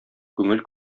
күңел